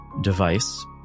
device